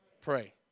Pray